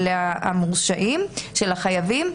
החייבים.